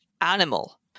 animal